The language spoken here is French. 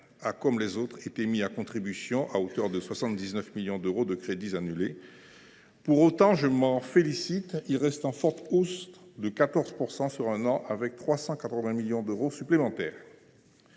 comme les autres, mis à contribution à hauteur de 79 millions d’euros de crédits annulés. Pour autant, et je m’en félicite, il reste en forte hausse de 14 % sur un an avec 380 millions d’euros supplémentaires.